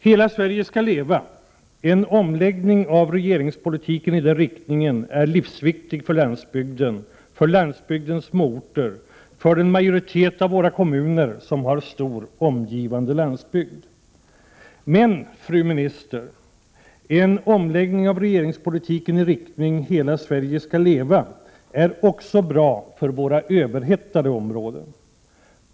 ”Hela Sverige skall leva.” En omläggning av regeringspolitiken i den riktningen är livsviktig för landsbygden, för landsbygdens småorter och för den majoritet av våra kommuner som har stor omgivande landsbygd. Men, fru minister — en omläggning av regeringspolitiken i den riktningen är också bra för våra överhettade områden.